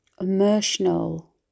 emotional